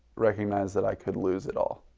recognized that i could lose it all.